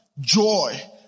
joy